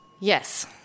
Yes